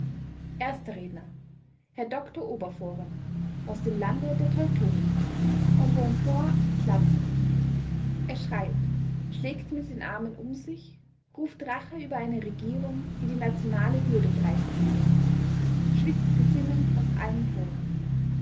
erster redner herr dr oberfohren aus dem lande der teutonen embonpoint glatze er schreit schlägt mit den armen um sich ruft rache über eine regierung die die nationale würde preisgebe schwitzt gesinnung aus allen poren